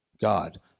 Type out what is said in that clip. God